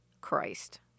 Christ